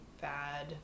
bad